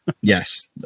Yes